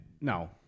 No